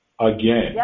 again